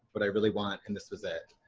but i really want. and, this was it.